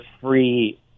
free